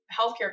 healthcare